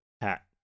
hat